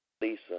Lisa